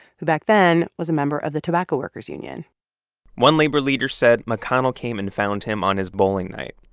who back then was a member of the tobacco workers union one labor leader said mcconnell came and found him on his bowling night.